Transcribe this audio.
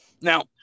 Now